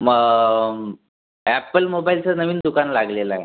म ॲप्पल मोबाईलचं नवीन दुकान लागलेलं आहे